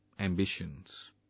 Ambitions